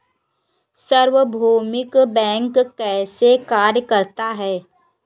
सार्वभौमिक बैंक कैसे कार्य करता है?